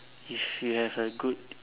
if you have a good